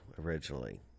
originally